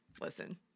listen